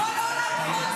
אני מרחם עליך.